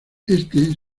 éste